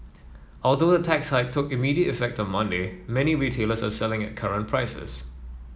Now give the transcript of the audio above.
although the tax hike took immediate effect on Monday many retailers are selling at current prices